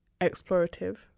explorative